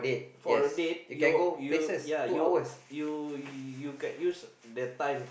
for a date you ya you you you can use that time